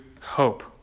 hope